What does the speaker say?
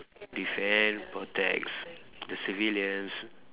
defend protects the civilians